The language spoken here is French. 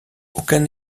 aucun